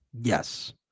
Yes